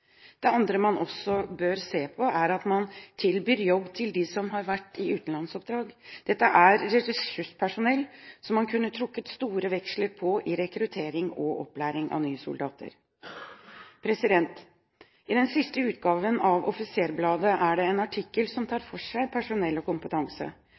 Det andre man bør se på, er å tilby jobb til dem som har vært i utenlandsoppdrag. Dette er ressurspersonell som man kunne trukket store veksler på i rekrutteringen og opplæringen av nye soldater. I den siste utgaven av Offisersbladet er det en artikkel som